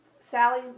Sally